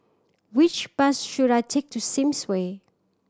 which bus should I take to Sims Way